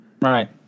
Right